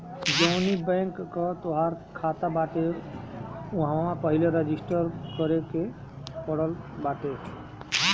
जवनी बैंक कअ तोहार खाता बाटे उहवा पहिले रजिस्टर करे के पड़त बाटे